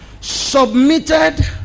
submitted